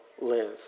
live